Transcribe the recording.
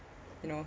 you know